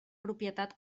propietat